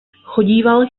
chodíval